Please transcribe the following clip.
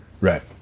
Right